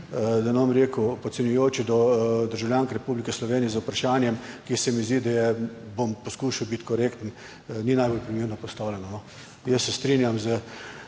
da ne bom rekel podcenjujoče do državljank Republike Slovenije z vprašanjem, ki se mi zdi, da bom poskušal biti korekten, ni najbolj primerno postavljeno. Jaz se strinjam s